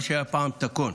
מה שהיה פעם תקו"ן.